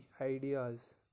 ideas